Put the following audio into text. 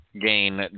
gain